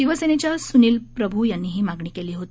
शिवसेनेच्या सुनील प्रभू यांनी ही मागणी केली होती